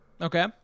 Okay